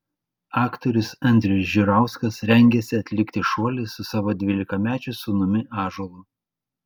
aktorius andrius žiurauskas rengiasi atlikti šuolį su savo dvylikamečiu sūnumi ąžuolu